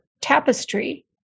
tapestry